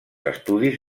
estudis